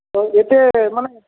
তো এতে মানে